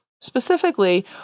Specifically